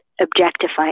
objectify